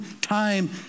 time